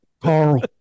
Carl